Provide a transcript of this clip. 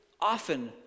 often